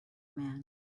man